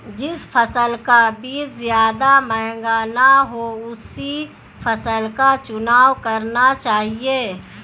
जिस फसल का बीज ज्यादा महंगा ना हो उसी फसल का चुनाव करना चाहिए